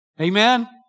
Amen